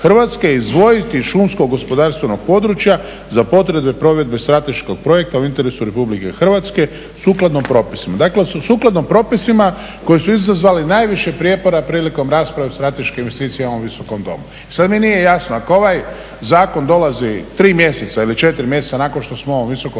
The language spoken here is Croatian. Hrvatske izdvojiti iz šumsko-gospodarstvenog područja za potrebe provedbe strateškog projekta u interesu Republike Hrvatske sukladno propisima. Dakle, sukladno propisima koji su izazvali najviše prijepora prilikom rasprave o strateškim investicijama u Visokom domu. Sada mi nije jasno ako ovaj Zakon dolazi tri mjeseca ili četiri mjeseca nakon što smo u ovom Visokom